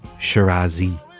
Shirazi